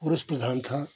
पुरुष प्रधान था